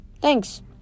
thanks